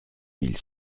mille